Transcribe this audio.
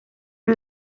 wie